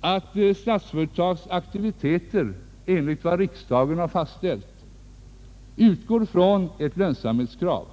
att Statsföretags aktiviteter enligt vad riksdagen har fastställt utgår från ett lönsamhetskrav.